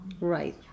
right